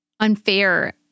Unfair